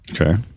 Okay